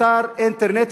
הוא מדבר על אתר אינטרנט,